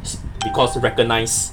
it's because recognise